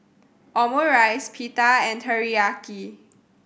Omurice Pita and Teriyaki